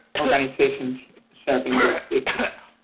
organizations serving those victims.